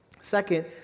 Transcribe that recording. Second